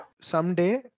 someday